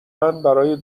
برای